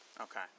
Okay